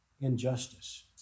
injustice